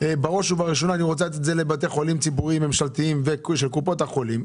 וראשונה לבתי חולים ציבוריים ובתי חולים של קופות החולים,